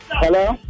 Hello